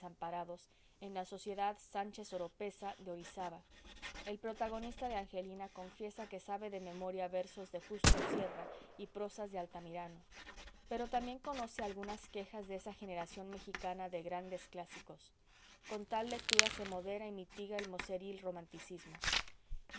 desamparados en la sociedad sánchez oropeza de orizaba el protagonista de angelina confiesa que sabe de memoria versos de justo sierra y prosas de altamirano pero también conoce algunas quejas de esa generación mexicana de grandes clásicos con tal lectura se modera y mitiga el moceril romanticismo ya